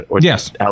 Yes